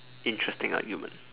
interesting argument